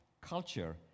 culture